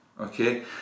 okay